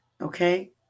Okay